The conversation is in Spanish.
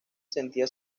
sentía